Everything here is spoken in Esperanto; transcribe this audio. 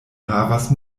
havas